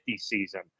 season